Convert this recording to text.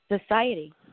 society